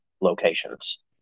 locations